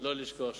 לא לשכוח,